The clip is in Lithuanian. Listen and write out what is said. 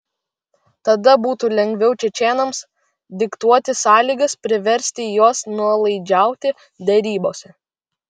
tada būtų lengviau čečėnams diktuoti sąlygas priversti juos nuolaidžiauti derybose